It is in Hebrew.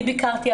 אני ביקרתי,